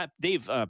Dave